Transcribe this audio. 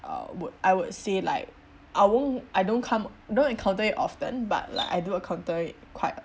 I would I would say like I won't I don't come don't encounter it often but like I do encounter it quite